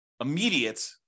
immediate